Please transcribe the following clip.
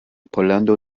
pollando